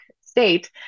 state